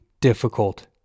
difficult